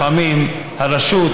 לפעמים הרשות,